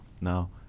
now